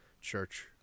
church